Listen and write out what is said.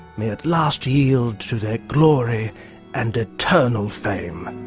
may at last yield to their glory and eternal fame.